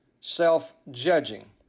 self-judging